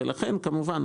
כמובן,